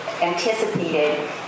anticipated